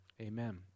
Amen